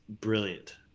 brilliant